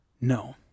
no